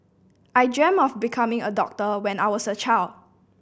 I dreamt of becoming a doctor when I was a child